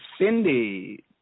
Cindy